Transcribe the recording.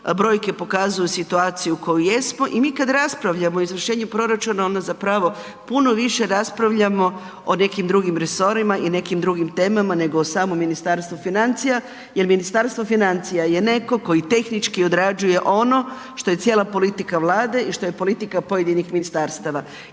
brojke pokazuju situaciju u kojoj jesmo i mi kad raspravljamo o izvršenju proračuna, onda zapravo puno više raspravljamo o nekim drugim resorima i nekim drugim temama nego samom Ministarstvu financija jer Ministarstvo financija je neko koji tehnički odrađuje ono što je cijela politika Vlade i što je politika pojedinih ministarstava